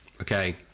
Okay